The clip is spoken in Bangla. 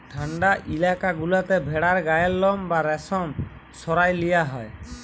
ঠাল্ডা ইলাকা গুলাতে ভেড়ার গায়ের লম বা রেশম সরাঁয় লিয়া হ্যয়